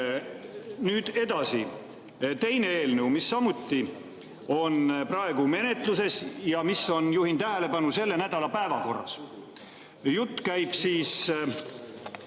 Nüüd, edasi, teine eelnõu, mis samuti on praegu menetluses ja mis on, juhin tähelepanu, selle nädala päevakorras. Jutt käib